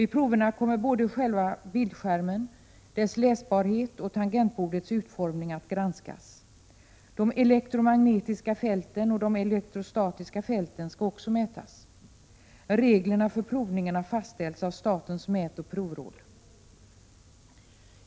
I proverna kommer både själva bildskärmen, dess läsbarhet och tangentbordets utformning att granskas. De elektromagnetiska fälten och de elektrostatiska fälten skall också mätas. Reglerna för provningen har fastställts av statens mätoch provråd.